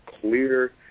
clear